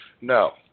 No